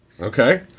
Okay